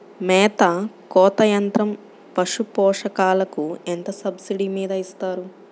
మేత కోత యంత్రం పశుపోషకాలకు ఎంత సబ్సిడీ మీద ఇస్తారు?